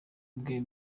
bwe